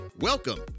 Welcome